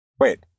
wait